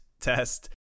Test